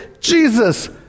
Jesus